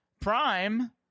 prime